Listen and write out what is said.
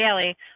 daily